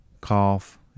cough